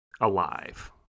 alive